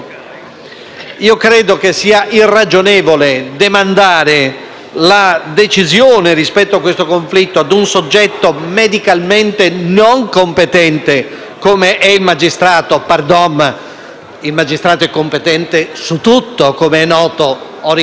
la decisione rispetto a questo conflitto ad un soggetto medicalmente non competente qual è il magistrato; *pardon*, il magistrato è competente su tutto e, com'è noto, ho ricordato che ha anche elaborato protocolli farmacologici originali,